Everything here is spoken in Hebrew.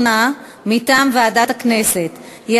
מטעם ועדת הכנסת, קריאה ראשונה.